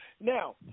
Now